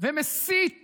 ומסית